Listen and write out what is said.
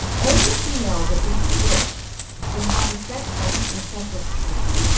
only a female that is this will have the sex-linked recessive trait.